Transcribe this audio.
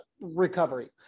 recovery